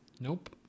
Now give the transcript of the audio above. Nope